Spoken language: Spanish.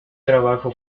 trabajo